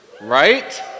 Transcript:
right